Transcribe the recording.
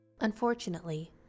Unfortunately